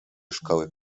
szkoły